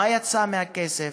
מה יצא מהכסף,